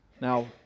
Now